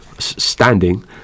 Standing